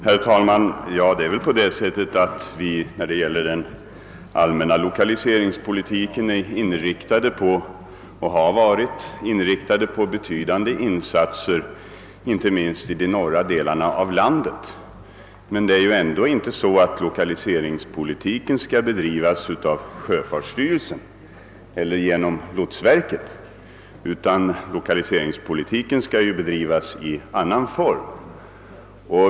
Herr talman! När det gäller den allmänna lokaliseringspolitiken är vi och har varit inriktade på att göra betydande insatser inte minst i de norra delarna av landet, men lokaliseringspolitiken skall ändå inte bedrivas av sjöfartsstyrelsen eller lotsverket, utan den skall utövas i annan form.